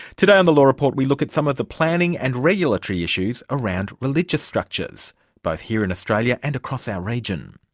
today on the law report we look at some of the planning and regulatory issues around religious structures both here in australia and across our region.